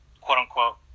quote-unquote